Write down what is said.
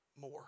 more